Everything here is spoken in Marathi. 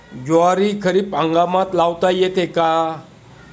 ज्वारी खरीप हंगामात लावता येते का?